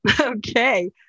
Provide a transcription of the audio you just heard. Okay